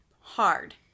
Hard